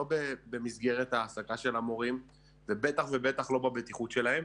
לא במסגרת ההעסקה של המורים ובטח ובטח לא בבטיחות שלהם,